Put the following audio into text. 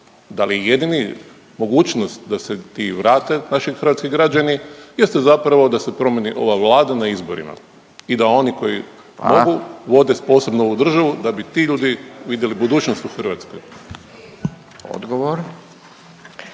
da li jedini mogućnost da se ti vrate naši hrvatski građani jeste zapravo da se promijeni ova Vlada na izborima i da oni koji mogu…/Upadica Radin: Hvala./…vode sposobno ovu državu da bi ti ljudi vidjeli budućnost u Hrvatskoj.